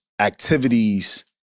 activities